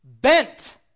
bent